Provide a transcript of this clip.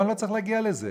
אבל אני לא צריך להגיע לזה.